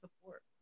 support